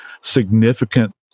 significant